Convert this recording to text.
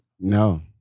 No